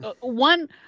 one